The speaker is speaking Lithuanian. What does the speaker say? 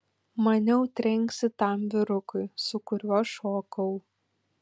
maniau trenksi tam vyrukui su kuriuo šokau